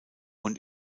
und